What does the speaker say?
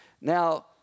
Now